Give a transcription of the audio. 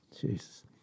Jesus